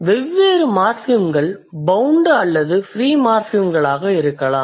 வெவ்வேறு மார்ஃபிம்கள் பௌண்ட் அல்லது ஃப்ரீ மார்ஃபிம்களாக இருக்கலாம்